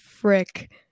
frick